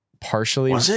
partially